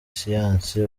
siyansi